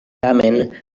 tamen